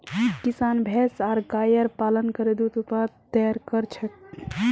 किसान भैंस आर गायर पालन करे दूध उत्पाद तैयार कर छेक